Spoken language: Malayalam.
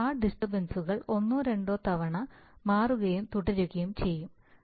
വീണ്ടും ആ ഡിസ്റ്റർബൻസ്സുകൾ ഒന്നോ രണ്ടോ തവണ മാറുകയും തുടരുകയും ചെയ്യും